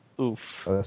Oof